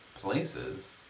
places